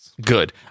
Good